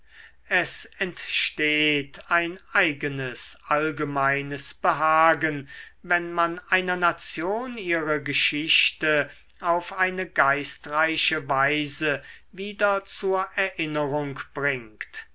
es entsteht ein eigenes allgemeines behagen wenn man einer nation ihre geschichte auf eine geistreiche weise wieder zur erinnerung bringt